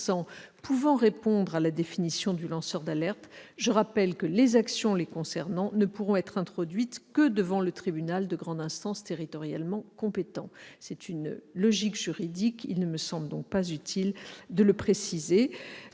pouvant répondre à la définition du lanceur d'alerte, je rappelle qu'elles ne pourront être introduites que devant le tribunal de grande instance territorialement compétent. C'est une logique juridique ; il ne me semble donc pas utile de le préciser.